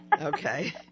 Okay